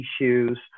issues